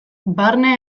barne